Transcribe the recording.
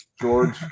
George